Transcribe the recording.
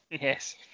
Yes